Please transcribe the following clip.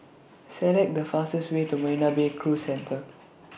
Select The fastest Way to Marina Bay Cruise Centre